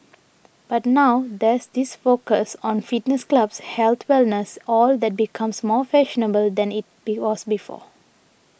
but now there's this focus on fitness clubs health wellness all that becomes more fashionable than it was before